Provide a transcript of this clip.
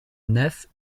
nef